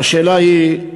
והשאלה היא,